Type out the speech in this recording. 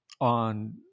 on